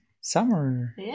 summer